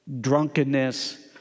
drunkenness